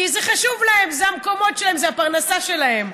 כי זה חשוב להם, זה המקומות שלהם, זו הפרנסה שלהם.